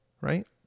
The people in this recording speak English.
right